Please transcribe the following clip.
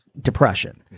depression